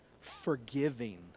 Forgiving